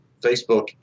Facebook